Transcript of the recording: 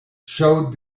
showed